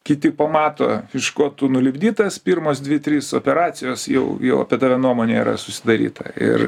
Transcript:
kiti pamato iš ko tu nulipdytas pirmos dvi trys operacijos jau jau apie tave nuomonė yra susidaryta ir